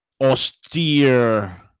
austere